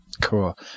Cool